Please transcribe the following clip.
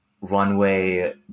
Runway